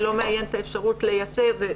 זה לא מאיין את האפשרות לייצא את זה,